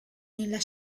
nella